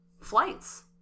flights